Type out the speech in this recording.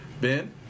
Ben